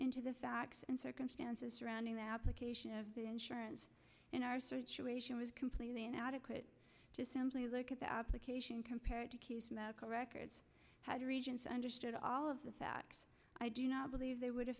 into the facts and circumstances surrounding that location of the insurance in our situation was completely inadequate to simply look at the application compared to medical records had regents understood all of the facts i do not believe they would have